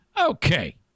Okay